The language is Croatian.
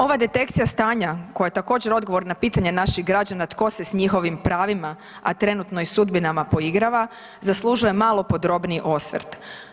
Ova detekcija stanja koja je također odgovor na pitanje naših građana tko se s njihovim pravima, a trenutno i sudbinama poigrava zaslužuje malo podrobniji osvrt.